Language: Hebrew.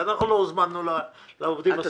אנחנו לא הוזמנו לדיון הזה.